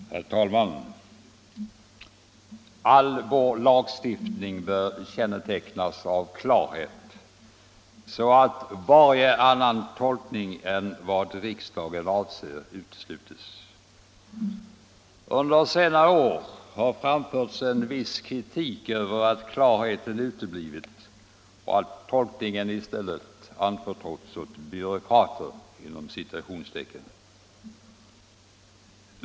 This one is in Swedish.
Herr talman! All vår lagstiftning bör kännetecknas av klarhet, så att varje annan tolkning än vad riksdagen avser utesluts. Under senare år har framförts viss kritik över att klarheten uteblivit och att tolkningen i stället anförtrotts åt ”byråkrater”.